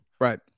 Right